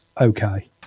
okay